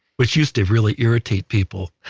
which used to really irritate people,